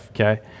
okay